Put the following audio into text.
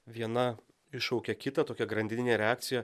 viena iššaukia kitą tokia grandininė reakcija